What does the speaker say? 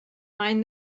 mind